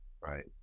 right